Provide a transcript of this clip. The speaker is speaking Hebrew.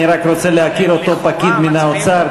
אני רק רוצה להכיר את אותו פקיד מן האוצר,